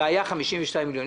והיה 52 מיליון.